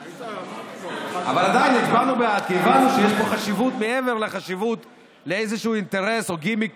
ישראל, הבאתם פה דברים שלא היו מושלמים, בסדר?